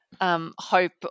Hope